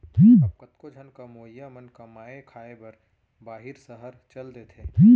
अब कतको झन कमवइया मन कमाए खाए बर बाहिर सहर चल देथे